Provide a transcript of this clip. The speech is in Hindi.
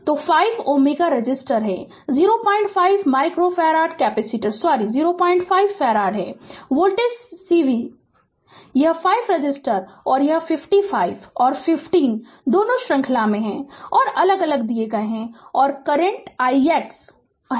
तो 5 Ω रेसिस्टर है 01 माइक्रोफ़ारड कैपेसिटर सॉरी 01 फैराड है वोल्टेज वी सी है यह 5 रेसिस्टर और यह 55 और 15 दोनों श्रृंखला में हैं और अलग अलग दिए गए हैं और करंट ix है